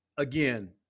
Again